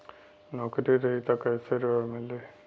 नौकरी रही त कैसे ऋण मिली?